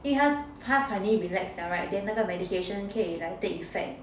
因为他 finally relax [liao] [right] then 那个 medication 可以 like take effect